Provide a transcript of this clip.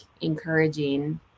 encouraging